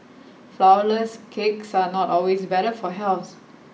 flourless cakes are not always better for health